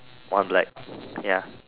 on like ya